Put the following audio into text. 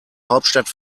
hauptstadt